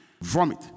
Vomit